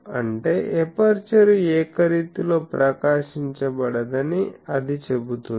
అంటే ఎపర్చరు ఏకరీతిలో ప్రకాశించబడదని అది చెబుతుంది